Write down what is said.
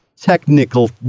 technical